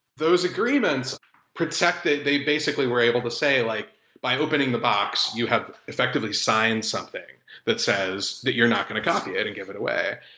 those agreements protected they basically were able to say, like by opening the box, you have effectively sign something that says that you're not going to copy it and give it away.